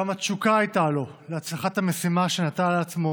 כמה תשוקה הייתה לו להצלחת המשימה שנטל על עצמו